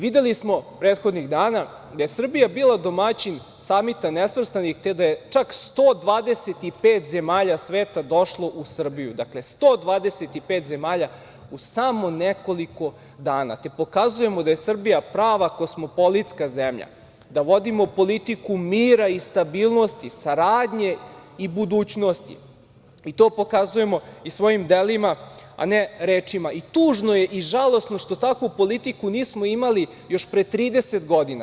Videli smo prethodnih dana da je Srbija bila domaćin Samita nesvrstanih, te da je čak 125 zemalja sveta došlo u Srbiju, dakle, 125 zemalja u samo nekoliko dana, te pokazujemo da je Srbija prava kosmopolitska zemlja, da vodimo politiku mira i stabilnosti, saradnje i budućnosti i to pokazujemo i svojim delima, a ne rečima i tužno je i žalosno što takvu politiku nismo imali još pre 30 godina.